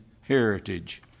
heritage